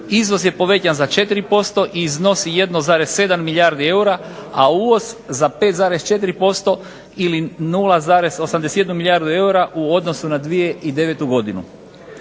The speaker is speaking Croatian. izvoz je povećan za 4% i iznosi 1,7 milijardi eura, a uvoz za 5,4% ili 0,81 milijardu eura u odnosu na 2009. godinu.